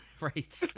Right